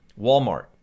Walmart